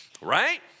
right